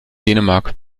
dänemark